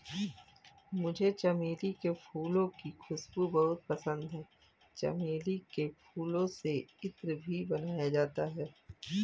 मुझे चमेली के फूलों की खुशबू बहुत पसंद है चमेली के फूलों से इत्र भी बनाया जाता है